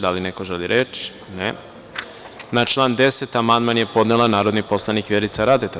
Da li neko želi reč? (Ne.) Na član 10. amandman je podnela narodni poslanik Vjerica Radeta.